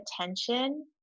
attention